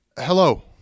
hello